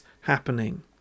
happening